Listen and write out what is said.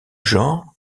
genre